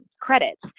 credits